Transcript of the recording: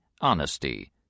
honesty